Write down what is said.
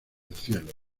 cielo